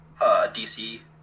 DC